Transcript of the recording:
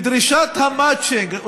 מדרישת המצ'ינג,